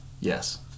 Yes